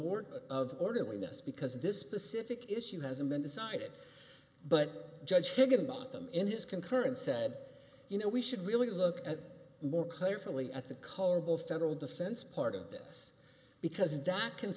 war of orderliness because this specific issue hasn't been decided but judge higginbotham in his concurrence said you know we should really look at more carefully at the colorable federal defense part of this because that can